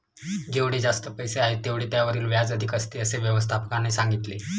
जेवढे जास्त पैसे आहेत, तेवढे त्यावरील व्याज अधिक असते, असे व्यवस्थापकाने सांगितले